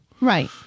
Right